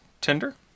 Tinder